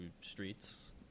streets